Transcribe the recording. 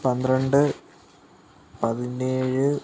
പന്ത്രണ്ട് പതിനേഴ്